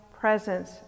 presence